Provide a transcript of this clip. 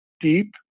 deep